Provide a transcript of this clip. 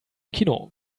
kino